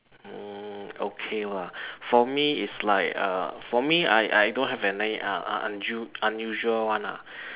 uh okay lah for me it's like uh for me I I don't have any uh unu~ unusual one lah